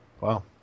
Wow